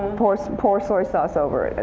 pour so pour soy sauce over it.